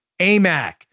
AMAC